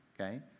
okay